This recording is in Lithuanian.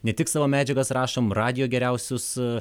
ne tik savo medžiagas rašom radijo geriausius